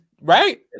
Right